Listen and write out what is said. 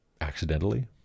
accidentally